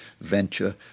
venture